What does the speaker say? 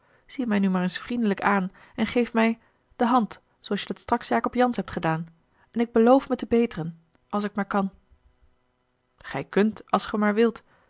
zie mij nu maar eens vriendelijk aan en geef mij de hand zooals je dat straks jacob jansz hebt gedaan en ik beloof me te beteren als ik maar kan gij kunt als gij maar wilt